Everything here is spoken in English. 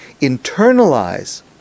internalize